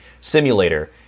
simulator